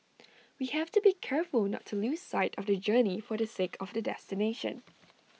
we have to be careful not to lose sight of the journey for the sake of the destination